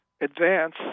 advance